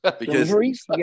Deliveries